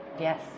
Yes